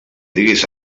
diguis